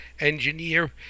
engineer